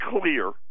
clear